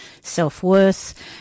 self-worth